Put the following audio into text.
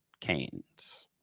Canes